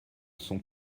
sont